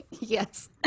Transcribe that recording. yes